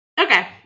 Okay